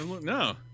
No